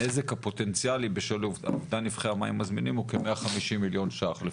הנזק הפוטנציאל בשל אובדן נפחי המים הזמינים הוא כ-150 מיליון שקלים,